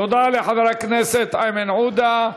תודה לחבר הכנסת איימן עודה.